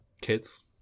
kids